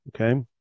Okay